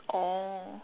oh